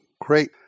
Great